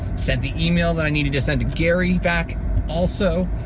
sent the e-mail that i needed to send to gary back also.